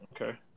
Okay